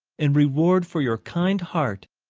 in reward for your kind heart,